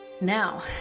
Now